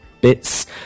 bits